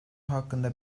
hakkında